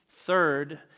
Third